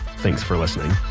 thanks for listening